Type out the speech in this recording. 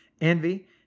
envy